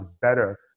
better